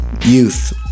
youth